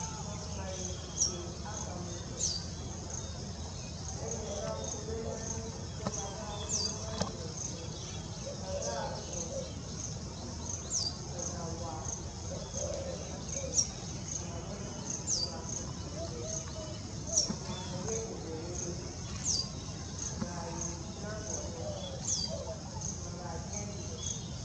Ma kuma dye dye a bma mi snu, edye he ga snu be mari ko edye a ga wu he be mari dye he snu, he ga snu, he ga bwa wo ynadna, kuma be hna wo snu pma gi, kuma hedye nyize rer ga yi dna e zogo, kuma ga bmya gi he.